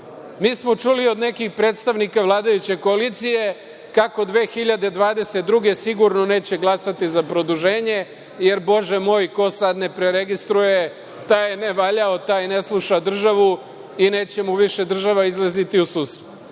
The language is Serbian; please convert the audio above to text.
smo čuli od nekih predstavnika vladajuće koalicije kako 2022. godine sigurno neće glasati za produženje jer, bože moj, ko sada ne preregistruje taj je nevaljao, taj ne sluša državu i neće mu više država izlaziti u susret.